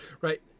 Right